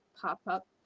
pop-up